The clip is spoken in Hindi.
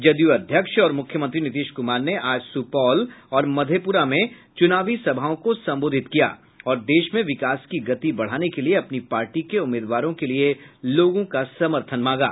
जदयू अध्यक्ष और मुख्यमंत्री नीतीश कुमार ने आज सुपौल और मधेपुरा में चुनावी सभाओं को संबोधित किया और देश में विकास की गति बढ़ाने के लिए अपनी पार्टी के उम्मीदवारों के लिए लोगों का समर्थन मांगा